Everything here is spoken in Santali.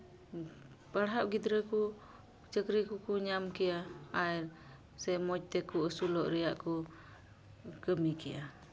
ᱯᱟᱲᱦᱟᱜ ᱜᱤᱫᱽᱨᱟᱹ ᱠᱚ ᱪᱟᱹᱠᱨᱤ ᱠᱚᱠᱚ ᱧᱟᱢ ᱠᱮᱭᱟ ᱟᱨ ᱥᱮᱠᱚ ᱢᱚᱡᱽ ᱛᱮᱠᱚ ᱟᱹᱥᱩᱞᱚᱜ ᱨᱮᱭᱟᱜ ᱠᱚ ᱠᱟᱹᱢᱤ ᱠᱮᱭᱟ